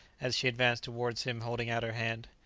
as she advanced towards him holding out her hand.